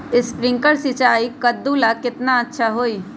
Sprinkler सिंचाई कददु ला केतना अच्छा होई?